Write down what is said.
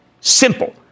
Simple